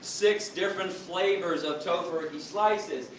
six different flavors of tofurky slices.